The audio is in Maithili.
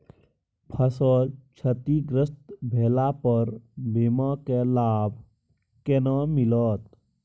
फसल क्षतिग्रस्त भेला पर बीमा के लाभ केना मिलत?